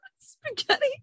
spaghetti